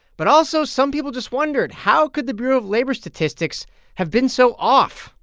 but also, some people just wondered, how could the bureau of labor statistics have been so off?